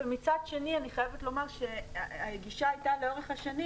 ומצד שני אני חייבת לומר שהגישה הייתה לאורך השנים